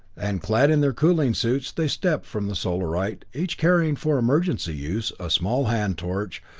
and clad in their cooling suits, they stepped from the solarite, each carrying, for emergency use, a small hand torch,